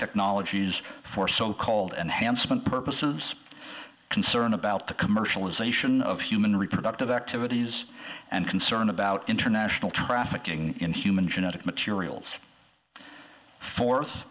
technologies for so called and handsome and purposes concerned about the commercialization of human reproductive activities and concern about international trafficking in human genetic materials fo